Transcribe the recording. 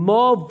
More